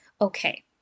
okay